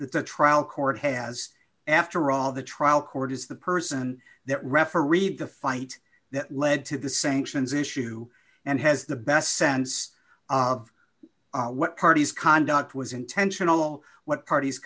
the trial court has after all the trial court is the person that referee the fight that led to the same sions issue and has the best sense of what parties conduct was intentional what parties